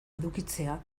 edukitzea